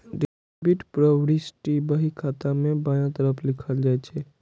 debit प्रवृष्टि बही खाता मे बायां तरफ लिखल जाइ छै